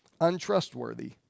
untrustworthy